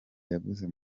yaguze